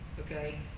Okay